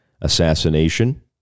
assassination